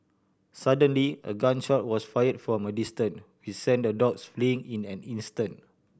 suddenly a gun shot was fired from a distance which sent the dogs fleeing in an instant